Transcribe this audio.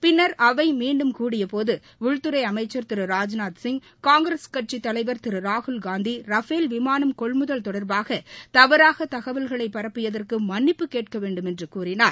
பின்னர் மீண்டும் கூடிய போது உள்துறை அவை அமைச்சர் திரு ராஜ்நாத்சிங் காங்கிரஸ் கட்சித் தலைவர் திரு ராகுல்காந்தி ரஃபல் விமானம் கொள்முதல் தொடர்பாக தவறாக தகவல்களைப் பரப்பியதற்கு மன்னிப்பு கேட்க வேண்டுமென்று கூறினார்